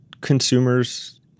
consumers